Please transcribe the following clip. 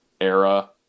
era